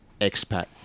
expat